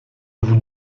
vous